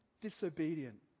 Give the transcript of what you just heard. disobedient